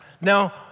Now